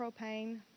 propane